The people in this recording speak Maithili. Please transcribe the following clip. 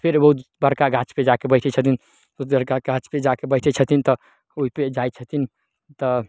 फेर एगो बड़का गाछ पे जाके बैसै छथिन उजरका गाछ पे बैसै छथिन तऽ ओहिपे जाइ छथिन तऽ